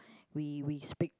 we we speak